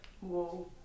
whoa